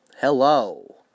hello